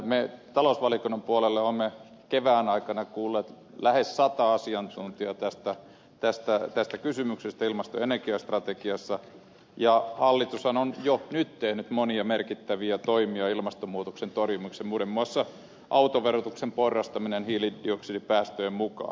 me talousvaliokunnan puolella olemme kevään aikana kuulleet lähes sataa asiantuntijaa tästä kysymyksestä ilmasto ja ener giastrategiasta ja hallitushan on jo nyt tehnyt monia merkittäviä toimia ilmastonmuutoksen torjumiseksi muun muassa autoverotuksen porrastamisen hiilidioksidipäästöjen mukaan